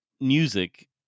music